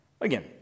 Again